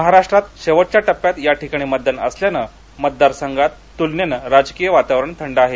महाराष्ट्रात शेवटच्या टप्प्यात याठिकाणी मतदान असल्यानं मतदार संघात तुलनेन राजकीय वातावरण थंड आहे